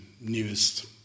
newest